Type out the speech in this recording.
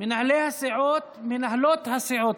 מנהלי הסיעות, מנהלות הסיעות,